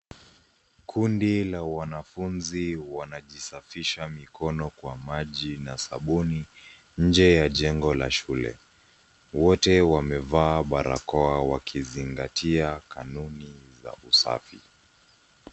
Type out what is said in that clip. Kundi la wanafunzi wanajisafisha mikono kwa maji na sabuni nje ya jengo la shule. Wote wamevaa barakoa wakizingatia kanuni za usafi.